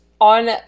on